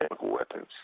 weapons